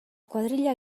kuadrilla